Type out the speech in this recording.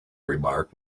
remark